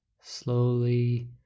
slowly